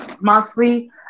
Moxley